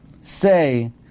say